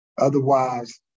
Otherwise